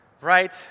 Right